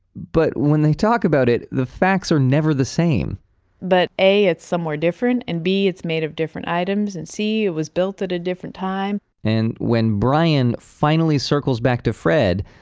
but when they talk about it, the facts are never the same but a, it's somewhere different and b, it's made of different items, and c, it was built at a different time and when brian finally circles back to fred,